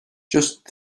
just